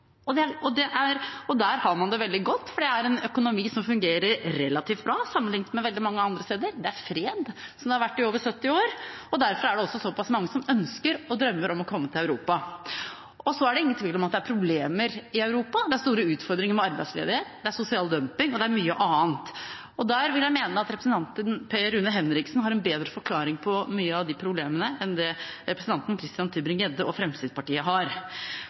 Så besøker man mange forskjellige land, og der har man det veldig godt, for der er det en økonomi som fungerer relativt bra, sammenlignet med veldig mange andre steder. Det er fred, som det har vært i over 70 år. Derfor er det også såpass mange som ønsker og drømmer om å komme til Europa. Det er ingen tvil om at det er problemer i Europa. Det er store utfordringer med arbeidsledighet, det er sosial dumping, og det er mye annet. Jeg mener at representanten Per Rune Henriksen har en bedre forklaring på mange av de problemene enn det representanten Christian Tybring-Gjedde og Fremskrittspartiet har,